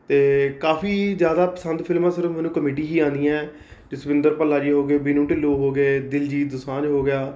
ਅਤੇ ਕਾਫ਼ੀ ਜ਼ਿਆਦਾ ਪਸੰਦ ਫਿਲਮਾਂ ਸਿਰਫ਼ ਮੈਨੂੰ ਕਮੇਡੀ ਹੀ ਆਉਂਦੀਆਂ ਜਸਵਿੰਦਰ ਭੱਲਾ ਜੀ ਹੋ ਗਏ ਬੀਨੂ ਢਿੱਲੋਂ ਹੋ ਗਏ ਦਲਜੀਤ ਦੋਸਾਂਝ ਹੋ ਗਿਆ